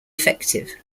effective